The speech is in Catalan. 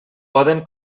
poden